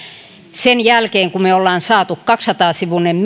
sen jälkeen kun me olemme saaneet kaksisataa sivuisen